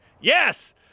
Yes